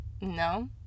no